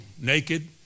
naked